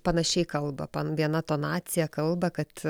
panašiai kalba viena tonacija kalba kad